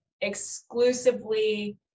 exclusively